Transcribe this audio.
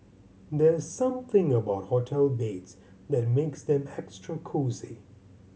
there's something about hotel beds that makes them extra cosy